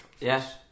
Yes